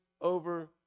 over